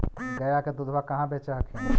गया के दूधबा कहाँ बेच हखिन?